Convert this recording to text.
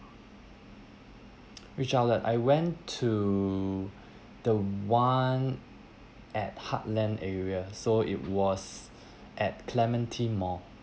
which outlet I went to the one at heartland area so it was at clementi mall